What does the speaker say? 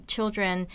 Children